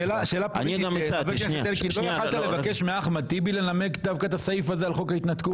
לא יכולת לבקש מאחמד טיבי לנמק את הסעיף הזה על חוק ההתנתקות?